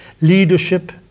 leadership